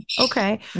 Okay